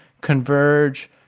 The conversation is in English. Converge